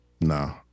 Nah